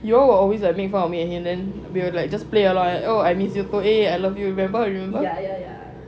you all will always make fun of me and then we're like just play along oh I miss you so I love you remember remember